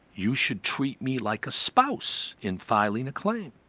you should treat me like a spouse in filing a claim.